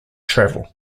travel